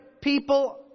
people